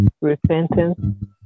repentance